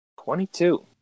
Twenty-two